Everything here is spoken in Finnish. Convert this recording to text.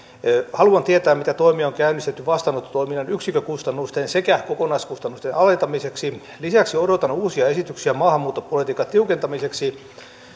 haluan tietää mitä toimia on käynnistetty vastaanottotoiminnan yksikkökustannusten sekä kokonaiskustannusten alentamiseksi lisäksi odotan uusia esityksiä maahanmuuttopolitiikan tiukentamiseksi